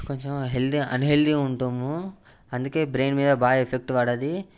కొంచెం హెల్దీ అన్ హెల్దీగా ఉంటాము అందుకే బ్రెయిన్ మీద బాగా ఎఫెక్ట్ పడుతుంది